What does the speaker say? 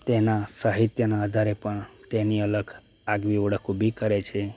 તેના સાહિત્યના આધારે પણ તેની અલગ આગવી ઓળખ ઊભી કરે છે